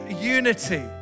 unity